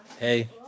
Hey